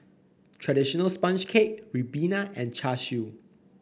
traditional sponge cake ribena and Char Siu